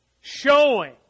showing